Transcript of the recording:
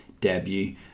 debut